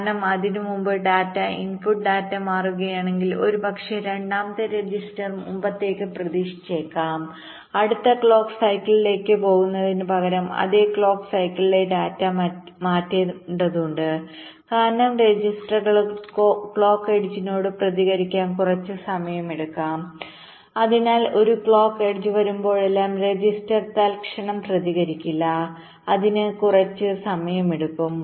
കാരണം അതിനുമുമ്പ് input data മാറുകയാണെങ്കിൽ ഒരുപക്ഷേ രണ്ടാമത്തെ രജിസ്റ്റർ മുമ്പത്തേത് പ്രതീക്ഷിച്ചേക്കാം അടുത്ത ക്ലോക്ക് സൈക്കിളിലേക്ക് പോകുന്നതിന് പകരം അതേ ക്ലോക്ക് സൈക്കിളിലെ ഡാറ്റ മാറ്റേണ്ടതുണ്ട് കാരണം രജിസ്റ്ററുകൾ ക്ലോക്ക് എഡ്ജിനോട് പ്രതികരിക്കാൻ കുറച്ച് സമയമെടുക്കും അതിനാൽ ഒരു ക്ലോക്ക് എഡ്ജ് വരുമ്പോഴെല്ലാം രജിസ്റ്റർ തൽക്ഷണം പ്രതികരിക്കില്ല ഇതിന് കുറച്ച് സമയമെടുക്കും